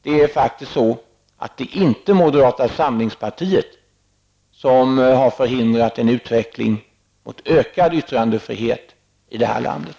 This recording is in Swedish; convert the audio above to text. Det är faktiskt inte moderata samlingspartiet som har förhindrat en utveckling mot ökad yttrandefrihet i det här landet.